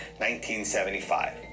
1975